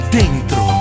dentro